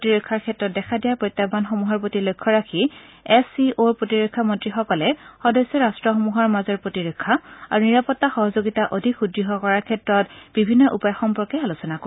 প্ৰতিৰক্ষাৰ ক্ষেত্ৰত দেখা দিয়া প্ৰত্যাহান সমূহৰ প্ৰতি লক্ষ ৰাখি এছ চি অৰ প্ৰতিৰক্ষা মন্ত্ৰীসকলে সদস্য ৰট্টসমূহৰ মাজৰ প্ৰতিৰক্ষা আৰু নিৰাপতা সহযোগিতা অধিক সুদৃহ কৰাৰ ক্ষেত্ৰত বিভিন্ন উপায় সম্পৰ্কে আলোচনা কৰিব